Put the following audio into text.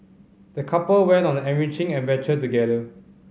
the couple went on an enriching adventure together